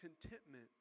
contentment